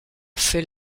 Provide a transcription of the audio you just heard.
feit